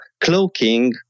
cloaking